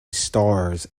stars